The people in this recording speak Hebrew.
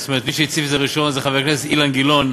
זאת אומרת מי שהציף את זה ראשון זה חבר הכנסת אילן גילאון,